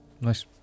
Nice